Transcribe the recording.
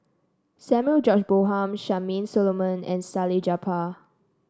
Samuel George Bonham Charmaine Solomon and Salleh Japar